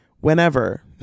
whenever